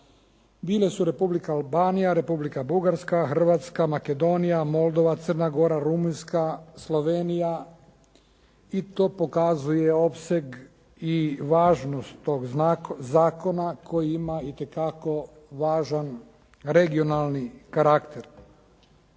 bile su: Republika Albanija, Republika Bugarska, Hrvatska, Makedonija, Moldova, Crna Gora, Rumunjska, Slovenija i to pokazuje opseg i važnost tog zakona koji ima itekako važan regionalni karakter.